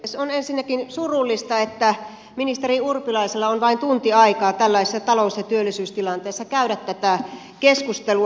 on ensinnäkin surullista että ministeri urpilaisella on vain tunti aikaa tällaisessa talous ja työllisyystilanteessa käydä tätä keskustelua